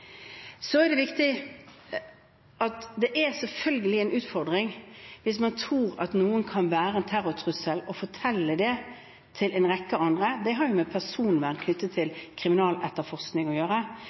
er selvfølgelig en utfordring å fortelle det til en rekke andre hvis man tror at noen kan være en terrortrussel. Det har med personvern knyttet til kriminaletterforskning å gjøre. Det